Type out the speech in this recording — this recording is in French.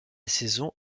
saison